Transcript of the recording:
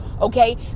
Okay